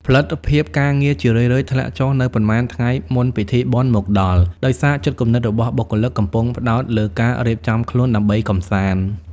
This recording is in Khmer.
ផលិតភាពការងារជារឿយៗធ្លាក់ចុះនៅប៉ុន្មានថ្ងៃមុនពិធីបុណ្យមកដល់ ដោយសារចិត្តគំនិតរបស់បុគ្គលិកកំពុងផ្តោតលើការរៀបចំខ្លួនដើរកម្សាន្ត។